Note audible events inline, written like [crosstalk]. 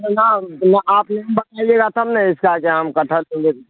[unintelligible]